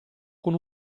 con